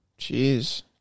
Jeez